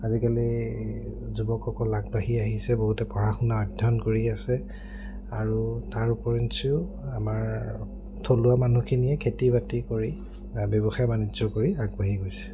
আজিকালি যুৱকসকল আগবাঢ়ি আহিছে বহুতে পঢ়া শুনা অধ্যয়ন কৰি আছে আৰু তাৰ ওপৰঞ্চিও আমাৰ থলুৱা মানুহখিনিয়ে খেতি বাতি কৰি ব্যৱসায় বাণিজ্য কৰি আগবাঢ়ি গৈছে